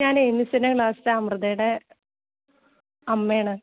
ഞാനേ മിസ്സിൻ്റെ ക്ലാസ്സിലെ അമൃതേടെ അമ്മയാണ്